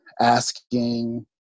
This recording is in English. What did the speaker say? asking